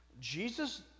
Jesus